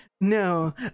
no